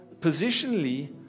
positionally